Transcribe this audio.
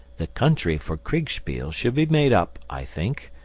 the country for kriegspiel should be made up, i think,